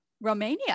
Romania